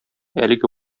әлеге